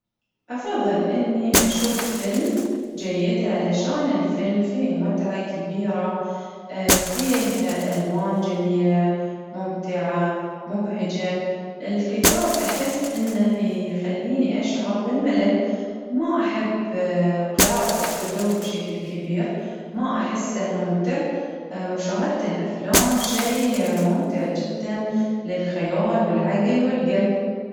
أفظل إني أشوف فيلم جيد، علشان الفيلم فيه متعة كبيرة، فيه ألوان جميلة ممتعة مبهجة، الكتاب أحس إنه يخليني أشعر بالملل، ما أحب قراءة الكتب بشكل ما أحسه ممتع، مشاهدة الأفلام شي ممتع جدا للخيال والعقل والقلب.